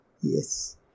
Yes